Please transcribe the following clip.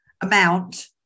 amount